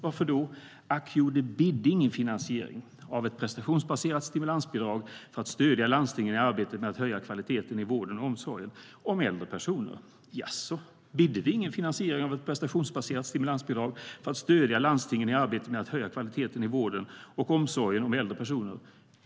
Varför då?- Jaså, bidde det ingen finansiering av ett prestationsbaserat stimulansbidrag för att stödja landstingen i arbetet med att höja kvaliteten i vården och omsorgen om äldre personer?